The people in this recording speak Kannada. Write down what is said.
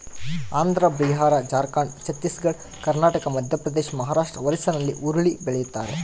ಆಂಧ್ರ ಬಿಹಾರ ಜಾರ್ಖಂಡ್ ಛತ್ತೀಸ್ ಘಡ್ ಕರ್ನಾಟಕ ಮಧ್ಯಪ್ರದೇಶ ಮಹಾರಾಷ್ಟ್ ಒರಿಸ್ಸಾಲ್ಲಿ ಹುರುಳಿ ಬೆಳಿತಾರ